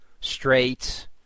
Straight